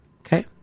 Okay